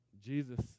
Jesus